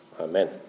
Amen